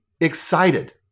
excited